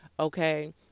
Okay